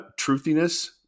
truthiness